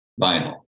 Vinyl